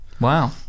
Wow